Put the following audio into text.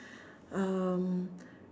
um